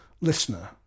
listener